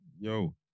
Yo